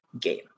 game